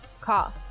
call